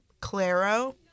Claro-